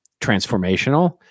transformational